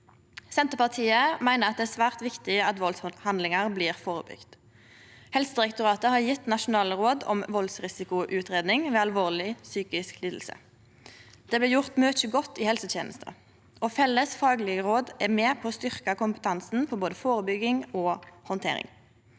Senterpartiet meiner det er svært viktig at valdshandlingar blir førebygde. Helsedirektoratet har gjeve nasjonale råd om valdsrisikoutgreiing ved alvorleg psykisk liding. Det blir gjort mykje godt i helsetenesta, og felles faglege råd er med på å styrkje kompetansen på både førebygging og handtering.